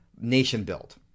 nation-build